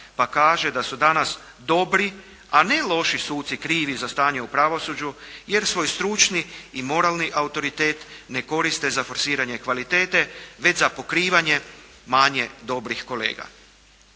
pa kaže da su danas dobri, a ne loši suci krivi za stanje u pravosuđu, jer svoj stručni i moralni autoritet ne koriste za forsiranje kvalitete već za pokrivanje manje dobrih kolega.